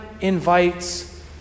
invites